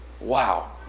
Wow